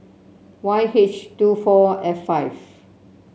Y H two four F five